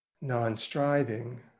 non-striving